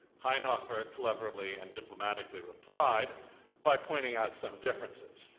hainhofer cleverly and diplomatically replied by pointing out some differences,